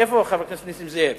איפה חבר הכנסת נסים זאב,